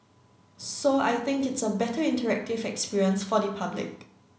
so I think it's a better interactive experience for the public